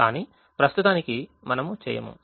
కానీ ప్రస్తుతానికి మనము చేయము